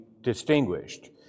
distinguished